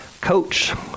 Coach